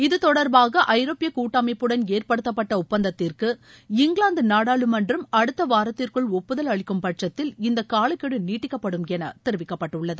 இது தொடர்பாக இரோப்பிய கூட்டமைப்புடன் ஏற்படுத்தப்பட்ட இப்பந்தத்திற்கு இங்கிலாந்து நாடாளுமன்றம் அடுத்த வாரத்திற்குள் ஒப்புதல் அளிக்கும் பட்சத்தில் இந்த காலக்கெடு நீடிக்கப்படும் என தெரிவிக்கப்பட்டுள்ளது